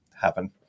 Happen